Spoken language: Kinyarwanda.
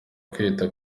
kwita